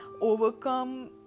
overcome